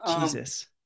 Jesus